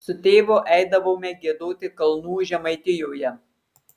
su tėvu eidavome giedoti kalnų žemaitijoje